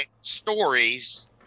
stories